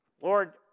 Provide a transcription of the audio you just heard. Lord